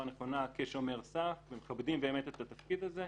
נכונה כשומר סף ומכבדים באמת את התפקיד הזה,